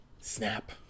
Snap